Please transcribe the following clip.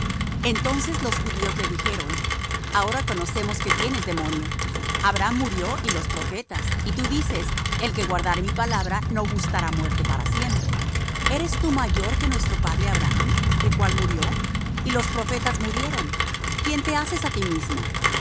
entonces los judíos le dijeron ahora conocemos que tienes demonio abraham murió y los profetas y tú dices el que guardare mi palabra no gustará muerte para siempre eres tú mayor que nuestro padre abraham el cual murió y los profetas murieron quién te haces á ti mismo